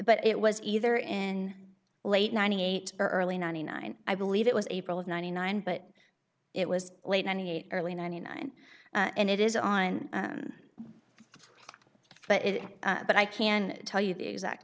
but it was either in late ninety eight or early ninety nine i believe it was april of ninety nine but it was late ninety eight early ninety nine and it is on but it but i can tell you the exact